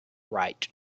right